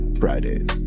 fridays